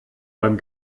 beim